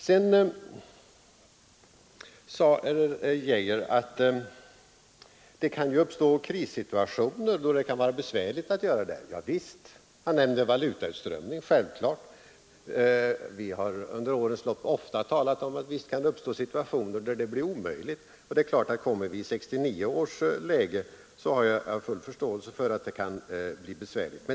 Herr Geijer sade att det kan uppstå sådana krissituationer att det kan bli besvärligt att genomföra detta. Javisst! Han nämnde valutautströmning bl.a. Under årens lopp har vi ofta talat om att det kan uppstå situationer då det blir möjligt. Kommer vi in i det läge som rådde 1969 eller i ett där man måste förhindra ett sådant har jag full förståelse för att det kan bli besvärligt.